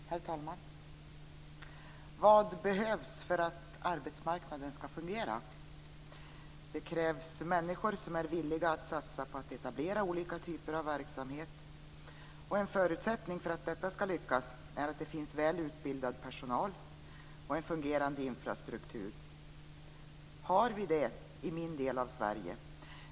Herr talman! Vad behövs för att arbetsmarknaden skall fungera? Det krävs människor som är villiga att satsa på att etablera olika typer av verksamhet. En förutsättning för att detta skall lyckas är att det finns väl utbildad personal och en fungerande infrastruktur. Har vi det i min del av Sverige?